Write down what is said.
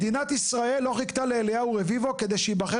מדינת ישראל לא חיכתה לאליהו רביבו כדי שייבחר